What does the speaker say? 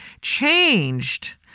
changed